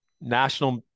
National